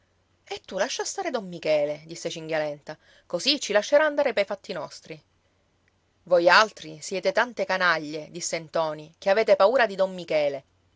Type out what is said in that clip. e tu lascia stare don michele disse cinghialenta così ci lascerà andare pei fatti nostri voi altri siete tante canaglie disse ntoni che avete paura di don michele